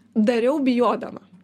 dariau bijodama